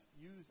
use